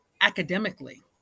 academically